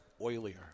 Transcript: oilier